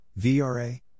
VRA